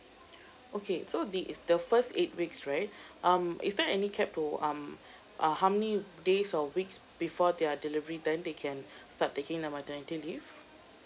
okay so this is the first eight weeks right um is there any cap to um uh how many days or weeks before their delivery then they can start taking their maternity leave